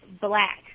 black